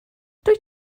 dwyt